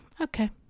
Okay